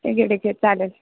ठीक आहे ठीक आहे चालेल